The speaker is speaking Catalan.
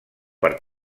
per